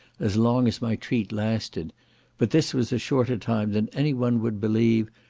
as long as my treat lasted but this was a shorter time than any one would believe,